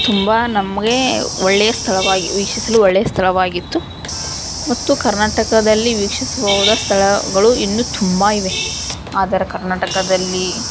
ತುಂಬ ನಮಗೆ ಒಳ್ಳೆಯ ಸ್ಥಳವಾಗಿ ವೀಕ್ಷಿಸಲು ಒಳ್ಳೆಯ ಸ್ಥಳವಾಗಿತ್ತು ಮತ್ತು ಕರ್ನಾಟಕದಲ್ಲಿ ವೀಕ್ಷಿಸಬಹುದಾದ ಸ್ಥಳಗಳು ಇನ್ನೂ ತುಂಬ ಇವೆ ಆದರೆ ಕರ್ನಾಟಕದಲ್ಲಿ